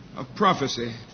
of prophecy